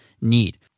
need